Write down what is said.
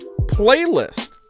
playlist